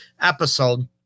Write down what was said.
episode